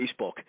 Facebook